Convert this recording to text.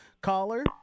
Caller